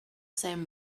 same